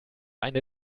eine